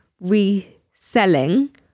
reselling